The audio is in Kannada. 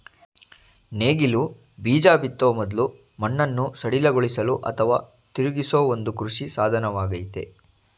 ನೇಗಿಲು ಬೀಜ ಬಿತ್ತೋ ಮೊದ್ಲು ಮಣ್ಣನ್ನು ಸಡಿಲಗೊಳಿಸಲು ಅಥವಾ ತಿರುಗಿಸೋ ಒಂದು ಕೃಷಿ ಸಾಧನವಾಗಯ್ತೆ